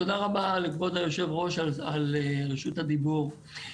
תודה רבה לכבוד היושב-ראש על רשות הדיבור.